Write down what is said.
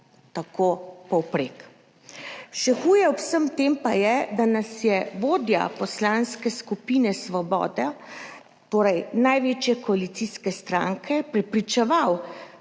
tako povprek. Še huje ob vsem tem pa je, da nas je vodja poslanske skupine Svoboda, torej največje koalicijske stranke prepričeval,